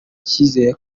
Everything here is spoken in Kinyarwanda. icyizere